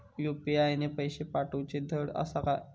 UPI ने पैशे पाठवूचे धड आसा काय?